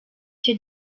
cye